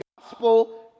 Gospel